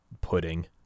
pudding